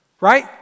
right